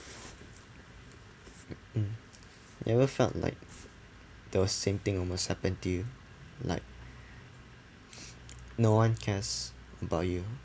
mm never felt like those same thing almost happen to you like no one cares about you